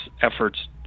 efforts